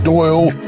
Doyle